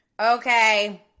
Okay